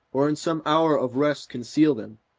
or in some hour of rest conceal them,